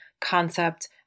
concept